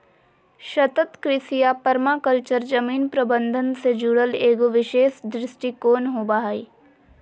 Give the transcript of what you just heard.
सतत कृषि या पर्माकल्चर जमीन प्रबन्धन से जुड़ल एगो विशेष दृष्टिकोण होबा हइ